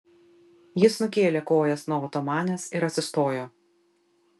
jis nukėlė kojas nuo otomanės ir atsistojo